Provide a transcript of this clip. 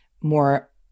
more